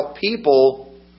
people